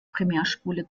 primärspule